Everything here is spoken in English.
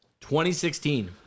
2016